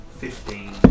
fifteen